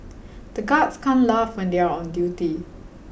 the guards can't laugh when they are on duty